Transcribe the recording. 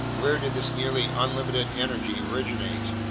where did this nearly unlimited energy originate?